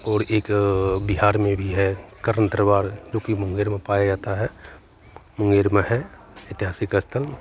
और एक बिहार में भी है कर्ण दरबार जो कि मुँगेर में पाया जाता है मुंगेर में है ऐतिहासिक स्थल